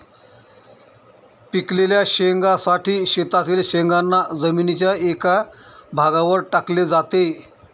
पिकलेल्या शेंगांसाठी शेतातील शेंगांना जमिनीच्या एका भागावर टाकले जाते